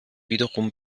wiederum